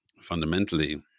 fundamentally